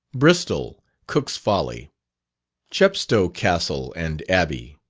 bristol cook's folly chepstow castle and abbey